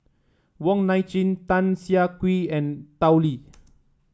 Wong Nai Chin Tan Siah Kwee and Tao Li